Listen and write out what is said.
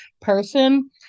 person